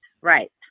right